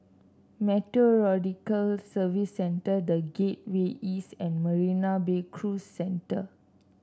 Meteorological Services Centre The Gateway East and Marina Bay Cruise Centre